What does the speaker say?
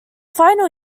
final